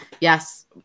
yes